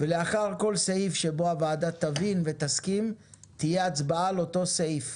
ולאחר כל סעיף שבו הוועדה תדון ותסכים תהיה הצבעה על אותו סעיף.